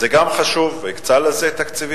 זה גם חשוב, והוא הקצה לזה תקציבים.